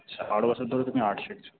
আচ্ছা বারো বছর ধরে তুমি আর্ট শিখছ